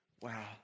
wow